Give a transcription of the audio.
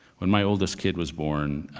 when my oldest kid was born,